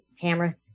camera